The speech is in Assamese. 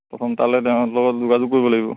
প্ৰথম তালৈ তহঁতৰ লগত যোগাযোগ কৰিব লাগিব